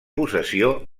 possessió